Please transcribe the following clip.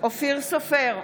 אופיר סופר,